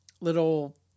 little